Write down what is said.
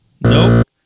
Nope